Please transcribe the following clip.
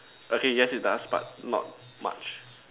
okay yes it does but not much